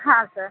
ಹಾಂ ಸರ್